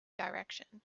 direction